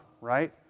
right